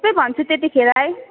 सबै भन्छु त्यतिखेरै